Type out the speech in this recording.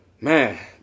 Man